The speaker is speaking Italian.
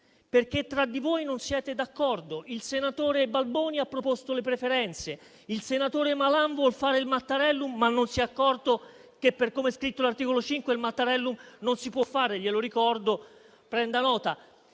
perché tra di voi non siete d'accordo. Il senatore Balboni ha proposto le preferenze; il senatore Malan vuole il Mattarellum, ma non si è accorto che, per come è scritto l'articolo 5, il Mattarellum non si può applicare (glielo ricordo, prenda nota);